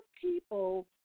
people